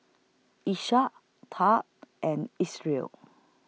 Iesha Tad and its Real